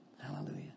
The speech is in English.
Hallelujah